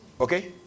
Okay